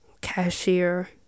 cashier